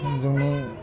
जोंनि